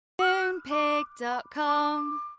Moonpig.com